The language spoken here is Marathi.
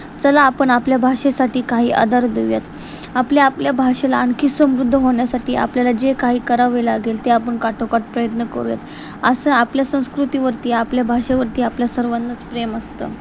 चला आपण आपल्या भाषेसाठी काही आधार देऊयात आपल्या आपल्या भाषेला आणखी समृद्ध होण्यासाठी आपल्याला जे काही करावे लागेल ते आपण काटोकाट प्रयत्न करूयात असं आपल्या संस्कृतीवरती आपल्या भाषेवरती आपल्या सर्वांनाच प्रेम असतं